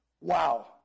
Wow